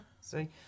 See